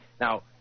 Now